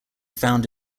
found